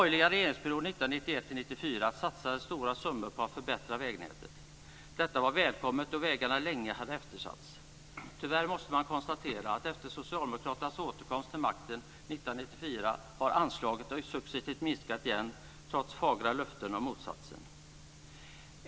1994 satsades stora summor på att förbättra vägnätet. Detta var välkommet då vägarna länge hade eftersatts. Tyvärr måste man konstatera att efter Socialdemokraternas återkomst till makten 1994 har anslagen successivt minskat igen trots fagra löften om motsatsen.